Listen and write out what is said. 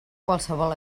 qualsevol